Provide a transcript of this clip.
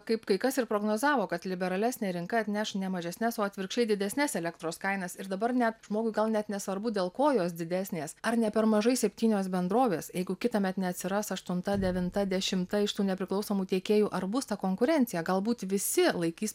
kaip kai kas ir prognozavo kad liberalesnė rinka atneš ne mažesnes o atvirkščiai didesnes elektros kainas ir dabar net žmogui gal net nesvarbu dėl ko jos didesnės ar ne per mažai septynios bendrovės jeigu kitąmet neatsiras aštunta devinta dešimta iš tų nepriklausomų tiekėjų ar bus ta konkurencija galbūt visi laikys